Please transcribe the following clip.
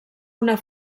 una